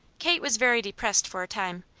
kate was very depressed for a time,